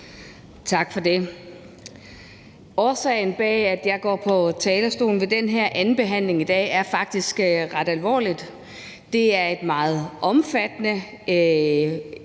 Tak for det. Årsagen til, at jeg går på talerstolen ved den her anden behandling i dag, er faktisk ret alvorlig. Det er et meget omfattende